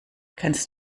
kannst